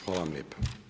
Hvala vam lijepo.